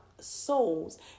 souls